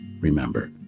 Remember